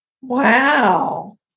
Wow